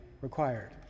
required